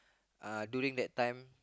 uh during that time